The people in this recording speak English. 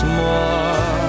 more